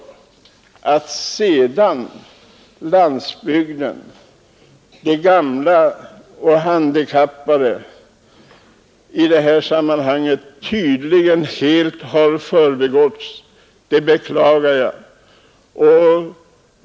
Att sedan landsbygden och de gamla och handikappade i det här sammanhanget tydligen helt har förbigåtts beklagar jag.